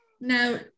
Now